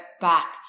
back